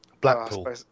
Blackpool